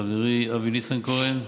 חברי אבי ניסנקורן,